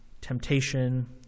temptation